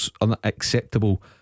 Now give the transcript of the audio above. unacceptable